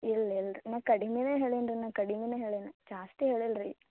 ಇಲ್ಲ ಇಲ್ಲ ರಿ ನಾ ಕಡಿಮೆನೆ ಹೇಳಿನಿ ರಿ ನಾನು ಕಡಿಮೆನೆ ಹೇಳೆನಿ ಜಾಸ್ತಿ ಹೇಳಿಲ್ಲ ರೀ